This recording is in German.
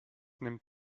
nimmt